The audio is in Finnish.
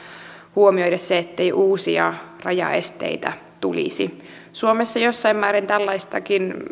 huomioida se se ettei uusia rajaesteitä tulisi suomessa jossain määrin tällaistakin